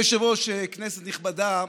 אדוני היושב-ראש, כנסת נכבדה,